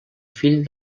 fill